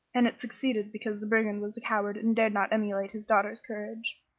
and it succeeded because the brigand was a coward, and dared not emulate his daughter's courage.